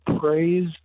praised